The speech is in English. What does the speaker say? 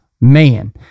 man